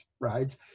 right